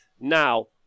Now